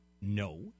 no